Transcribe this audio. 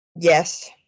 Yes